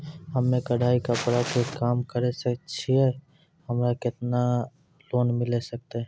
हम्मे कढ़ाई कपड़ा के काम करे छियै, हमरा केतना लोन मिले सकते?